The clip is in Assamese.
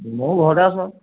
ময়ো ঘৰতে আছোঁ আৰু